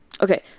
okay